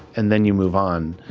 and then you move on.